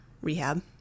rehab